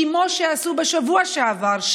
כמו שעשו בשבוע שעבר,